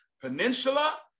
Peninsula